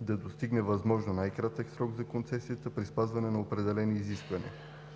да достигне възможно най-кратък срок за концесията при спазване на определени изисквания.